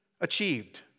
achieved